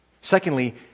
Secondly